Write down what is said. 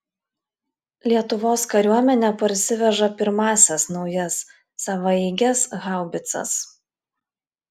lietuvos kariuomenė parsiveža pirmąsias naujas savaeiges haubicas